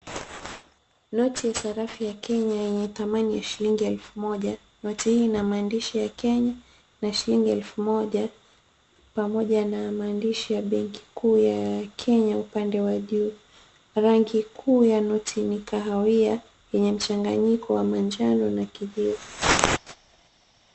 Noti ya sarafu ya Kenya yenye thamani ya shilingi elfu moja, Noti hii ina maandishi ya Kenya na shilingi elfu moja pamoja na maandishi ya benki kuu ya Kenya upande wa juu. Rangi kuu ya noti ni kahawia yenye mchanganyiko wa manjano na kijivu.